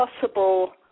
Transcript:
possible